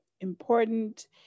important